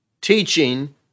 teaching